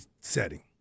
setting